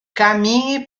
caminhe